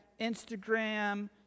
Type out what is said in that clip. Instagram